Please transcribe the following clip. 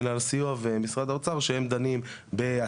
מינהל הסיוע ומשרד האוצר שהם דנים בהקלות,